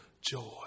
joy